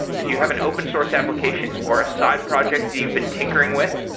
if you have an open source application or a side project that you've been tinkering with,